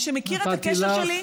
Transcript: נתתי לך.